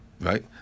right